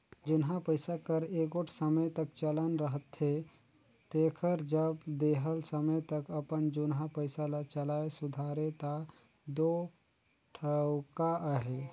जुनहा पइसा कर एगोट समे तक चलन रहथे तेकर जब देहल समे तक अपन जुनहा पइसा ल चलाए सुधारे ता दो ठउका अहे